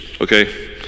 okay